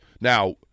Now